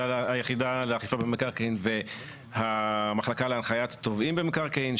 היחידה לאכיפה במקרקעין והמחלקה להנחיית תובעים במקרקעין,